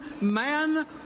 man